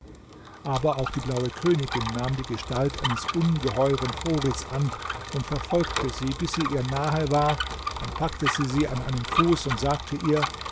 aber auch die blaue königin nahm die gestalt eines ungeheuren vogels an und verfolgte sie bis sie ihr nahe war dann packte sie sie an einem fuß und sagte ihr